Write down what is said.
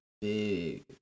big